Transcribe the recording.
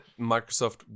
Microsoft